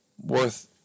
worth